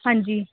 ਹਾਂਜੀ